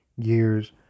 years